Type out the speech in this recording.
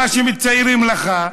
מה שמציירים לך,